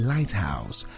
Lighthouse